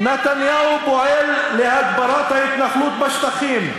נתניהו פועל להגברת ההתנחלות בשטחים,